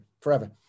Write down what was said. forever